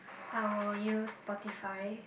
I will use Spotify